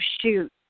shoot